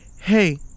Hey